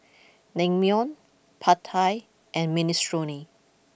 Naengmyeon Pad Thai and Minestrone